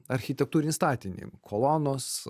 architektūrinį statinį kolonos